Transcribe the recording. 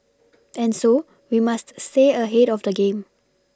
and so we must stay ahead of the game